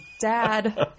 dad